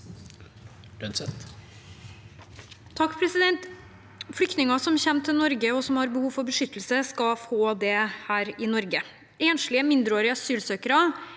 (H) Flyktninger som kommer til Norge, og som har behov for beskyttelse, skal få det her i Norge. Enslige mindreårige asylsøkere